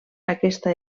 aquesta